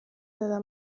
della